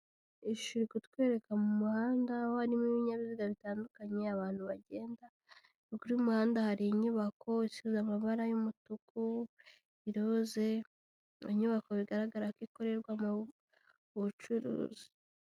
iIyi shusho iri kutwereka mu muhanda harimo ibinyabiziga bitandukanye abantu bagenda ruguru y'umuhanda hari inyubako isize amabara y'umutuku, iroze ni inyubako bigaragara ko ikorerwa mu bucuruzi.